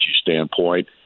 standpoint